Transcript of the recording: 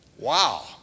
Wow